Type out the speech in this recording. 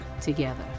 together